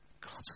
God's